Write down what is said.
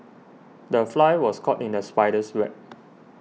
the fly was caught in the spider's web